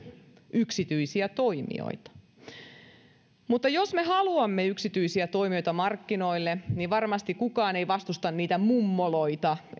yksityisiä toimijoita jos me haluamme yksityisiä toimijoita markkinoille niin varmasti kukaan ei vastusta niitä mummoloita